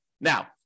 Now